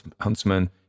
huntsman